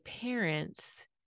parents